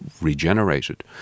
regenerated